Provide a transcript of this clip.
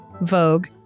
Vogue